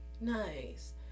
Nice